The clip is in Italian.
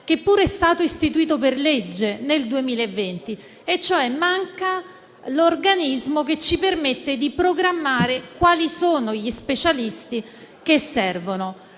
che pure è stato istituito per legge nel 2020. Manca, cioè, l'organismo che ci permette di programmare quali sono gli specialisti che servono.